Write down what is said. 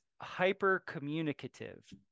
hyper-communicative